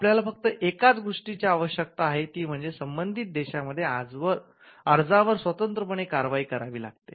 आपल्याला फक्त एकाच गोष्टीची आवश्यकता आहे ती म्हणजे संबंधित देशांमध्ये अर्जावर स्वतंत्रपणे कारवाई करावी लागते